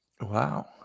wow